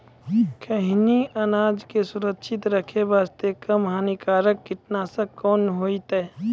खैहियन अनाज के सुरक्षित रखे बास्ते, कम हानिकर कीटनासक कोंन होइतै?